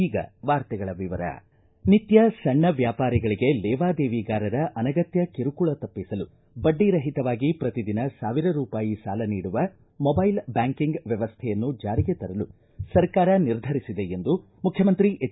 ಈಗ ವಾರ್ತೆಗಳ ವಿವರ ನಿತ್ಯ ಸಣ್ಣ ವ್ಯಾಪಾರಿಗಳಿಗೆ ಲೇವಾದೇವಿಗಾರರ ಅನಗತ್ಯ ಕಿರುಕಳ ತಪ್ಪಿಸಲು ಬಡ್ಡಿ ರಹಿತವಾಗಿ ಪ್ರತಿದಿನ ಸಾವಿರ ರೂಪಾಯಿ ಸಾಲ ನೀಡುವ ಮೊಬೈಲ್ ಬ್ವಾಂಕಿಂಗ್ ವ್ಣವಸ್ಥೆಯನ್ನು ಜಾರಿಗೆ ತರಲು ಸರ್ಕಾರ ನಿರ್ಧರಿಸಿದೆ ಎಂದು ಮುಖ್ಯಮಂತ್ರಿ ಎಚ್